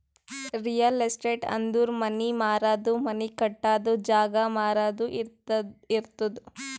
real estate ಅಂದುರ್ ಮನಿ ಮಾರದು, ಮನಿ ಕಟ್ಟದು, ಜಾಗ ಮಾರಾದು ಇರ್ತುದ್